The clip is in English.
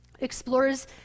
explores